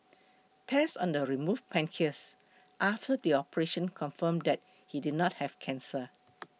tests on the remove pancreas after the operation confirm that he did not have cancer